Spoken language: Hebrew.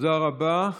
תודה רבה.